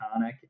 iconic